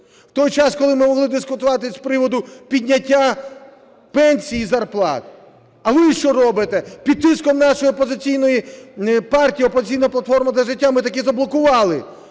в той час коли могли дискутувати з приводу підняття пенсій і зарплат. А ви що робите? Під тиском нашої опозиційної партії "Опозиційна платформа – За життя" ми таки заблокували